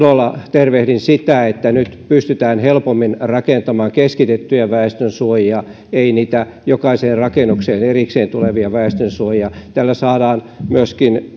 tervehdin ilolla etenkin sitä että nyt pystytään helpommin rakentamaan keskitettyjä väestönsuojia ei niitä jokaiseen rakennukseen erikseen tulevia väestönsuojia tällä saadaan